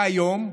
והיום,